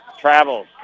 Travels